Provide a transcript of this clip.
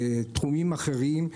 לתחומים אחרים,